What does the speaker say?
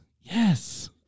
Yes